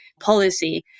policy